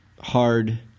hard